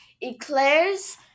eclairs